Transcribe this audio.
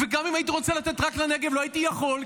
וגם אם הייתי רוצה לתת רק לנגב לא הייתי יכול,